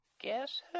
Guess